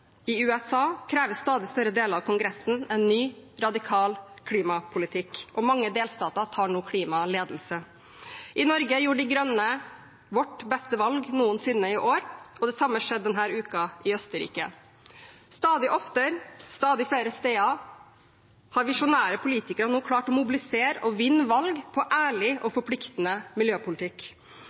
I USA krever stadig større deler av Kongressen en ny radikal klimapolitikk, og mange delstater tar nå klimaledelse. I Norge gjorde vi i De Grønne i år vårt beste valg noensinne, og det samme skjedde denne uken i Østerrike. Stadig oftere og stadig flere steder har visjonære politikere nå klart å mobilisere og vinne valg på ærlig og forpliktende miljøpolitikk.